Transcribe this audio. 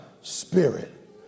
spirit